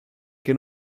che